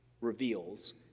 reveals